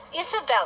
Isabella